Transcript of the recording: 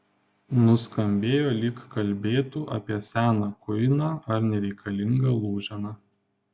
nuskambėjo lyg kalbėtų apie seną kuiną ar nereikalingą lūženą